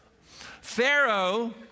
Pharaoh